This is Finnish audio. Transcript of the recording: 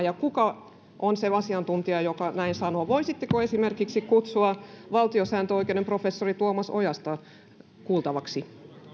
ja kuka on se asiantuntija joka näin sanoo voisitteko kutsua esimerkiksi valtiosääntöoikeuden professori tuomas ojasen kuultavaksi